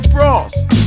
Frost